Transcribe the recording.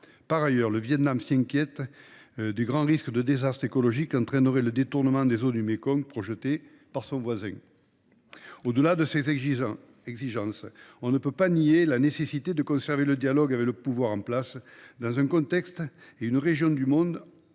Par ailleurs, le Vietnam s’inquiète du grand risque de désastre écologique qu’entraînerait le détournement des eaux du Mékong projeté par son voisin. Au delà de ces exigences, on ne peut nier la nécessité de conserver le dialogue avec le pouvoir en place, dans un contexte et une région du monde